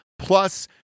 plus